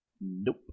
Nope